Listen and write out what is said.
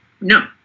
No